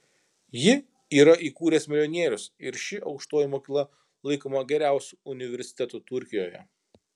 jį yra įkūręs milijonierius ir ši aukštoji mokykla laikoma geriausiu universitetu turkijoje